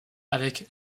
avec